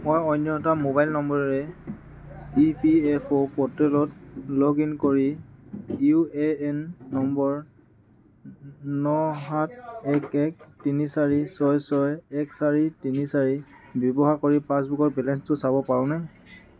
মই অন্য এটা মোবাইল নম্বৰেৰে ই পি এফ অ' প'ৰ্টেলত লগ ইন কৰি ইউ এ এন নম্বৰ ন সাত এক এক তিনি চাৰি ছয় ছয় এক চাৰি তিনি চাৰি ব্যৱহাৰ কৰি পাছবুকৰ বেলেঞ্চটো চাব পাৰোঁনে